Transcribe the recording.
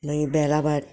मागीर बेलाबाट